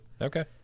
Okay